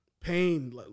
pain